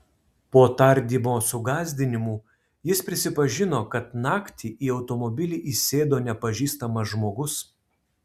po tardymo su gąsdinimų jis prisipažino kad naktį į automobilį įsėdo nepažįstamas žmogus